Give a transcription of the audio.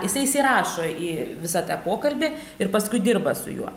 jisai įsirašo į visą tą pokalbį ir paskui dirba su juo